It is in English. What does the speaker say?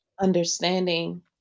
Understanding